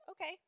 okay